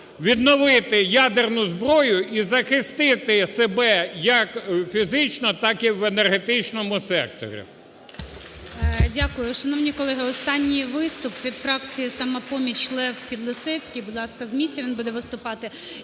відновити ядерну зброю, і захистити себе, як фізично так і в енергетичному секторі.